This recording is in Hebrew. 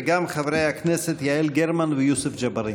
וגם לחברי הכנסת יעל גרמן ויוסף ג'בארין.